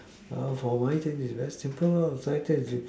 ah for money change is very simple lor suddenly change is